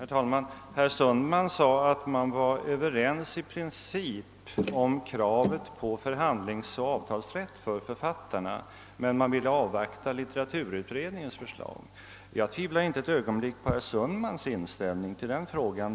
Herr talman! Herr Sundman sade att man i princip var överens om kravet på förhandlingsoch avtalsrätt för författarna men att man ville avvakta litteraturutredningens förslag. Jag tvivlar inte ett ögonblick på herr Sundmans inställning till den frågan.